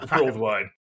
worldwide